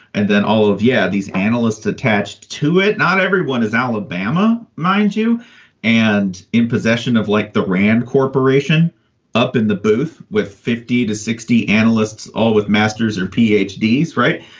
and then all of. yeah, these analysts attached. to it, not everyone is alabama, mind you and in possession of like the rand corporation up in the booth with fifty to sixty analysts, all with master's or p h d. right.